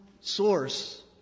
source